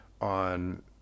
on